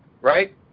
right